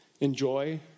enjoy